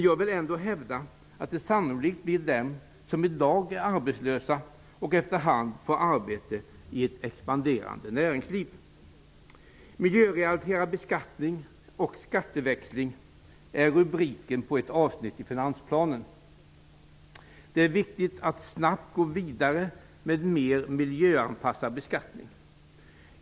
Jag vill ändå hävda att det sannolikt blir de som i dag är arbetslösa, men efter hand får arbete i ett expanderande näringsliv. ''Miljörelaterad beskattning -- skatteväxling'' är rubriken på ett asvsnitt i finansplanen. Det är viktigt att snabbt gå vidare med en mer miljöanpassad beskattning.